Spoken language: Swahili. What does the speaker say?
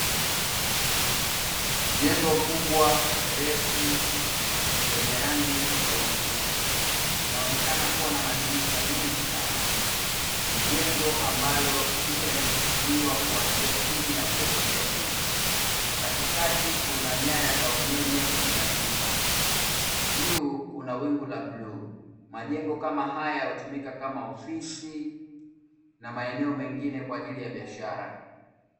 Jengo kubwa refu lenye rangi tofauti, linaonekana kuwa na madirisha mengi sana ni jengo ambalo picha imechukuliwa kuanzia chini na kuelekea juu, katikati kuna nyaya za umeme zinapita juu kuna wingu la bluu, majengo kama haya hutumika kama ofisi na maeneo mengine kwa ajili ya biashara.